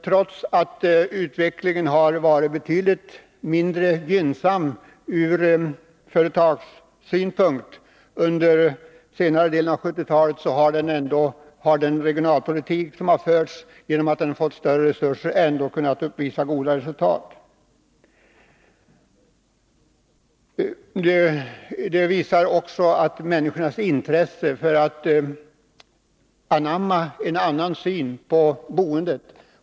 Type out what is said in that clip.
Trots att utvecklingen under senare delen av 1970-talet har varit betydligt mindre gynnsam ur företagssynpunkt har den förda regionalpolitiken, genom att den fått större resurser, ändå kunnat uppvisa goda resultat. Det visar sig också i form av ett ökat intresse hos människorna för att anamma en annan syn på boendet.